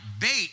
bait